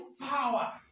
power